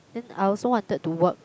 then I also wanted to work